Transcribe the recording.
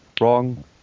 wrong